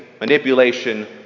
manipulation